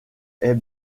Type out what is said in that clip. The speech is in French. est